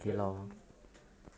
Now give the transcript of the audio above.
then